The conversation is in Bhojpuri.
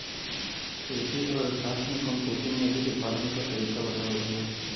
कृषि अर्थशास्त्र में कम पूंजी में अधिक उत्पादन के तरीका बतावल जाला